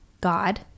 God